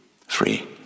Free